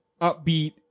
upbeat